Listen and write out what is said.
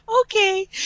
okay